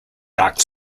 dark